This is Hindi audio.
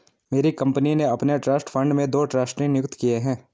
मेरी कंपनी ने अपने ट्रस्ट फण्ड में दो ट्रस्टी नियुक्त किये है